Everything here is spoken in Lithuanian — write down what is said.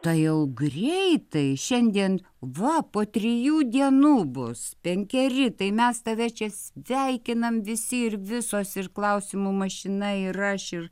tai jau greitai šiandien va po trijų dienų bus penkeri tai mes tave čia sveikinam visi ir visos ir klausimų mašina ir aš ir